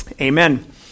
Amen